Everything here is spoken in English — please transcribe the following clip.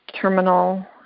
terminal